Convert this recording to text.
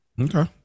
okay